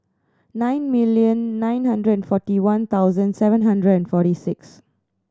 nine million nine hundred and forty one thousand seven hundred and forty six